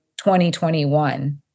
2021